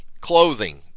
clothing